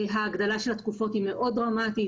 ההגדלה של התקופות היא מאוד דרמטית,